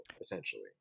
essentially